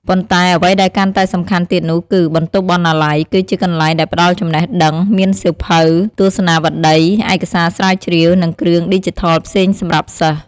ប៉ុន្តែអ្វីដែលកាន់តែសំខាន់ទៀតនោះគឺ បន្ទប់បណ្ណាល័យ គឺជាកន្លែងដែលផ្តល់ចំណេះដឹង មានសៀវភៅ ទស្សនាវដ្តី ឯកសារស្រាវជ្រាវ និងគ្រឿងឌីជីថលផ្សេងសម្រាប់សិស្ស។